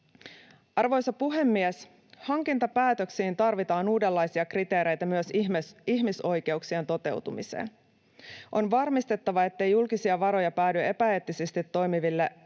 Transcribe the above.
Arvoisa puhemies! Hankintapäätöksiin tarvitaan uudenlaisia kriteereitä myös ihmisoikeuksien toteutumiseksi. On varmistettava, ettei julkisia varoja päädy epäeettisesti toimiville,